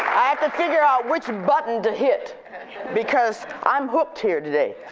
i have to figure out which and button to hit because i'm booked here today.